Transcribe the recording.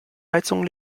heizung